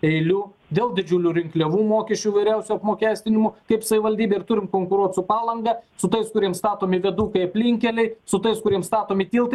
eilių dėl didžiulių rinkliavų mokesčių įvairiausių apmokestinimų kaip savivaldybė ir turim konkuruot su palanga su tais kuriem statomi viadukai aplinkeliai su tais kuriems statomi tiltai